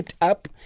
up